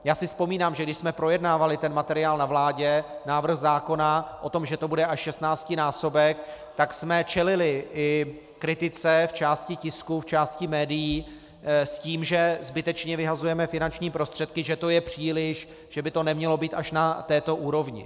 Já si vzpomínám, že když jsme projednávali materiál na vládě, návrh zákona o tom, že to bude až šestnáctinásobek, tak jsme čelili i kritice v části tisku, v části médií s tím, že zbytečně vyhazujeme finanční prostředky, že to je příliš, že by to nemělo být až na této úrovni.